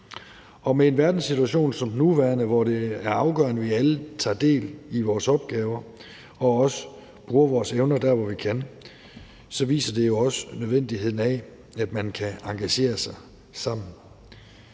og med en verdenssituation som den nuværende, hvor det er afgørende, at vi alle tager del i vores opgaver og også bruger vores evner der, hvor vi kan, viser det jo også nødvendigheden af, at man kan engagere sig sammen.